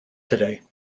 today